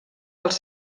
dels